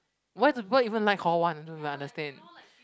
why do people even like hall one I don't even understand